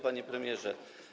Panie Premierze!